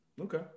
Okay